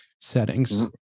settings